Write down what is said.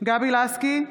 גבי לסקי,